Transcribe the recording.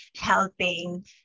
helping